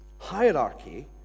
Hierarchy